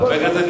וכל אחד,